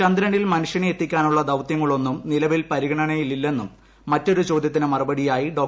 ചന്ദ്രനിൽ മനുഷ്യനെ എത്തിക്കാനുള്ള ദൌത്യങ്ങളൊന്നും നിലവിൽ പരിഗണനയില്ലെന്നും മറ്റൊരു ചോദ്യത്തിന് മറുപടിയായി ഡോ